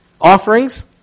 Offerings